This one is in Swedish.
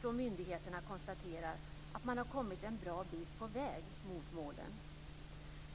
från myndigheterna konstaterar att man har kommit en bra bit på väg mot målen.